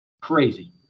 Crazy